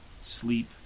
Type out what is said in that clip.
sleep